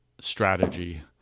strategy